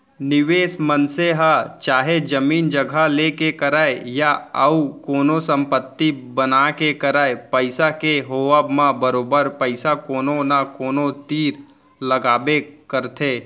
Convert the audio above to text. निवेस मनसे ह चाहे जमीन जघा लेके करय या अउ कोनो संपत्ति बना के करय पइसा के होवब म बरोबर पइसा कोनो न कोनो तीर लगाबे करथे